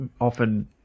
often